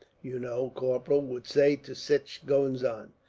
you know, corporal, would say to sich goings on.